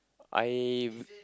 I